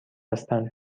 هستند